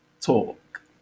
talk